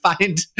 find